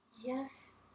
Yes